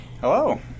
Hello